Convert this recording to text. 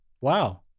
Wow